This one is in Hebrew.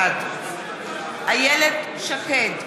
בעד איילת שקד,